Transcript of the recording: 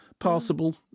passable